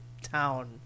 town